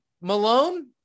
Malone